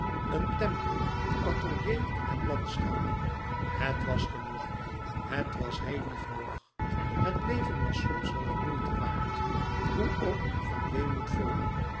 een tempel atelier en landschap het was genoeg het was heel lief nog het leven was soms wel de moeite waard hoe ook van weemoed vol